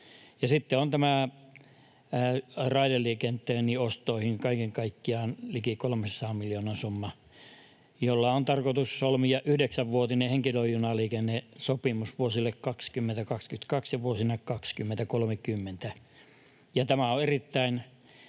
Sitten on raideliikenteen ostoihin kaiken kaikkiaan liki 300 miljoonan summa, jolla on tarkoitus solmia yhdeksänvuotinen henkilöjunaliikennesopimus vuosille 2022—2030. Tämä on erittäin